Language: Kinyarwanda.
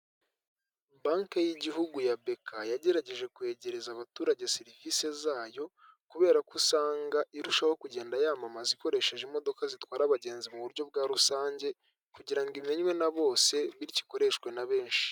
Banki y'igihugu ya beka yagerageje kwegereza abaturage serivise zayo, kubera ko usanga irushaho kugenda yamamaza ikoresheje imodoka zitwara abagenzi mu buryo bwa rusange, kugira ngo imenywe na bose, bityo ikoreshwe na benshi.